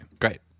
great